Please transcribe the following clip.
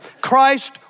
Christ